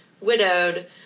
widowed